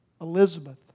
Elizabeth